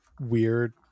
weird